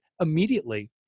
immediately